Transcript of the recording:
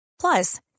Plus